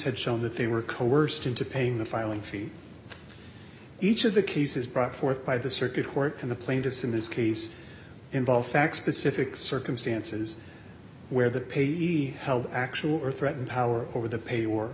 had shown that they were coerced into paying the filing fee each of the cases brought forth by the circuit court and the plaintiffs in this case involve facts specific circumstances where the payee held actual or threatened power over the pay or